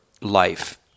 life